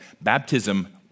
baptism